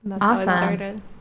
awesome